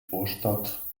vorstadt